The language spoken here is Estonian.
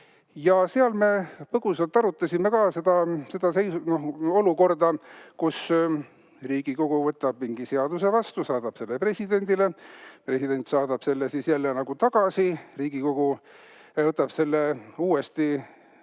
Siis me põgusalt arutasime ka seda olukorda, kus Riigikogu võtab mingi seaduse vastu, saadab selle presidendile, president saadab selle jälle tagasi, Riigikogu võtab selle uuesti